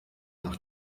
nach